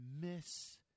miss